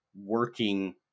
working